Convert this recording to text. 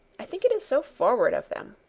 i think it is so forward of them.